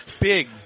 big